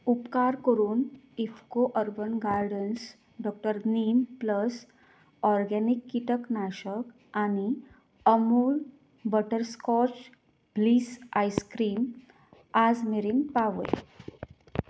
उपकार करून IFFCO urban gardens doctor neem plus organic किटक नाशक आनी अमूल बटरस्कॉच ब्लीस आयस्क्रीम आज मेरेन पावय